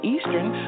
Eastern